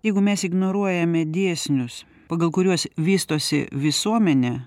jeigu mes ignoruojame dėsnius pagal kuriuos vystosi visuomenė